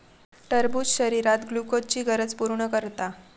टरबूज शरीरात ग्लुकोजची गरज पूर्ण करता